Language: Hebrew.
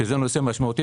שזה נושא משמעותי.